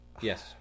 Yes